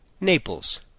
Naples